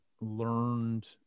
learned